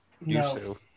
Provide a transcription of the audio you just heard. no